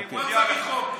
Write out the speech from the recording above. לא צריך חוק.